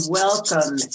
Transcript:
welcome